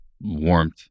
warmth